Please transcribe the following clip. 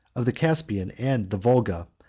of the caspian, and the volga,